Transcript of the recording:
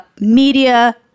media